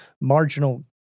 marginal